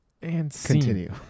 continue